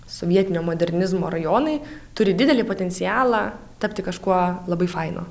sovietinio modernizmo rajonai turi didelį potencialą tapti kažkuo labai fainu